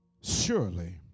surely